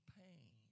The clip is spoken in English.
pain